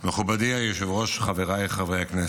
מכובדי היושב-ראש, חבריי חברי הכנסת,